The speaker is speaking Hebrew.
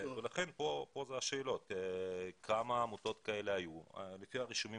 לכן כאן נשאלות השאלות כמה עמותות כאלה היו כאשר לפי הרישומים